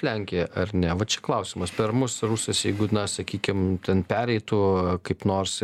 lenkija ar ne va čia klausimas per mus rusus jeigu na sakykim ten pereitų kaip nors